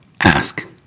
ask